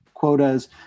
Quotas